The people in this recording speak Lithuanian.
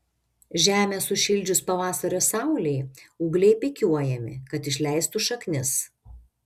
žemę sušildžius pavasario saulei ūgliai pikiuojami kad išleistų šaknis